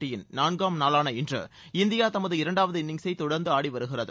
போட்டியின் நான்காம் நாளான இன்று இந்தியா தமது இரண்டாவது இன்னிங்சை தொடர்ந்து ஆடிவருகிறது